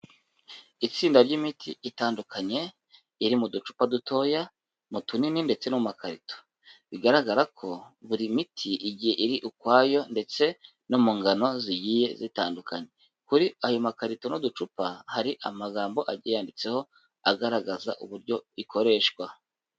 Itsinda ry'imiti itandukanye iri mu ducupa dutoya, mu tunini ndetse no mu makarito. Bigaragara ko buri miti igiye iri ukwayo ndetse no mu ngano zigiye zitandukanye, kuri ayo makarito n'uducupa hari amagambo agiye yanditseho agaragaza uburyo ikoreshwa.